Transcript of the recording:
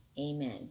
amen